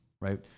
Right